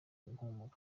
mpumuro